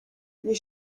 les